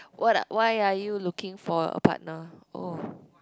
what are why are you looking for a partner oh